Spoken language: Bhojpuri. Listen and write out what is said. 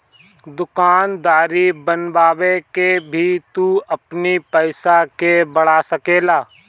दूकान दौरी बनवा के भी तू अपनी पईसा के बढ़ा सकेला